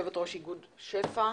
יושבת ראש איגוד שפ"ע.